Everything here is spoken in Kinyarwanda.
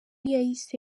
yahise